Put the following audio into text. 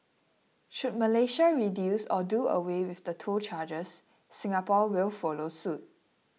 should Malaysia reduce or do away with the toll charges Singapore will follow suit